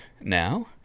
now